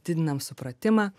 didinam supratimą